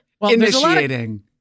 Initiating